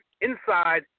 inside